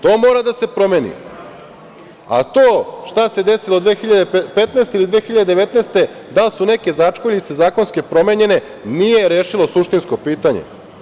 To mora da se promeni, a to šta se desilo 2015. ili 2019. godine, da su neke začkoljice zakonske promenjene nije rešilo suštinsko pitanje.